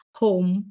home